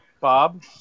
Bob